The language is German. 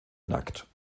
nackt